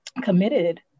committed